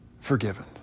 forgiven